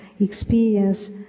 experience